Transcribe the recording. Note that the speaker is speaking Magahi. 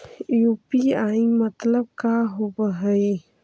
यु.पी.आई मतलब का होब हइ?